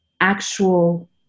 actual